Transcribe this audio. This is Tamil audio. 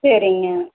சரிங்க